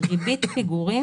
ריבית פיגורים,